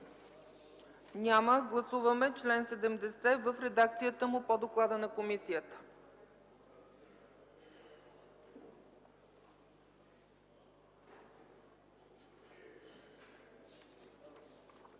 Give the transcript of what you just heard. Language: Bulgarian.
Няма. Гласуваме чл. 70 в редакцията му по доклада на комисията.